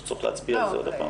או שצריך להצביע עוד פעם?